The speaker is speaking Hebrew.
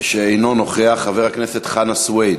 שאינו נוכח, חבר הכנסת חנא סוייד,